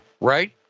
right